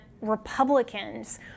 Republicans